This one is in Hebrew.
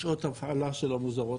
שעות הפעלה שלו מוזרות.